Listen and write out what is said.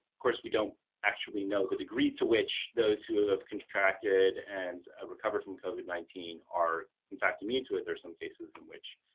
course we don't actually know the degree to which those who have contracted and recovered from covid nineteen are in fact immune to it. there are some cases in which